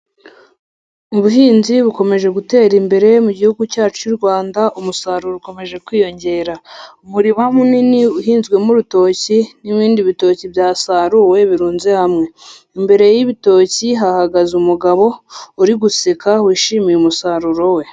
Ubuhinzi bukomeje gutera imbere mu gihugu cyacu cy'urwanda, umusaruro ukomeje kwiyongera, umurima munini uhinzwemo urutoki, n'ibindi bitoki byasaruwe birunze hamwe, imbere y'ibitoki hahagaze umugabo uri guseka wishimiye umusaruro we.